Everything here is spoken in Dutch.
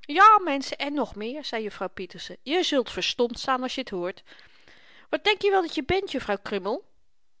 ja menschen en nog meer zei juffrouw pieterse je zult verstomd staan als je t hoort wat denkje wel dat je bent